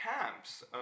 camps